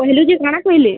କହେଲୁ ଯେ କା'ଣା କହେଲେ